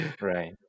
Right